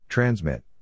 Transmit